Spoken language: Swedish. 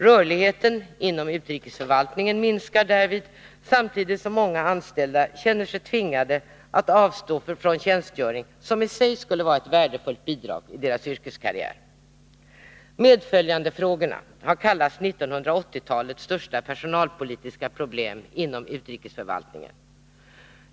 Rörligheten inom utrikesförvaltningen minskar därvid, samtidigt som många anställda känner sig tvingade att avstå från tjänstgöring som i sig skulle utgöra ett värdefullt bidrag i deras yrkeskarriär. Medföljandefrågorna har kallats 1980-talets största personalpolitiska problem inom utrikesförvaltningen.